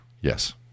Yes